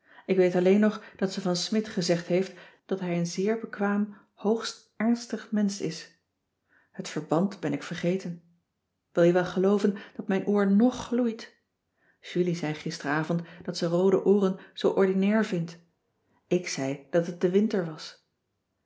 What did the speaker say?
ik weet alleen nog dat ze van smidt gezegd heeft dat hij een zeer cissy van marxveldt de h b s tijd van joop ter heul bekwaam hoogst ernstig mensch is het verband ben ik vergeten wil je wel gelooven dat mijn oor nog gloeit julie zei gisteravond dat ze roode ooren zoo ordinair vindt ik zei dat het de winter was